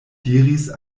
diris